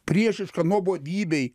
priešiška nuobodybei